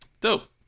dope